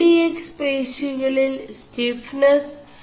M D X േപശികളിൽ ¶ിഫനസ് 1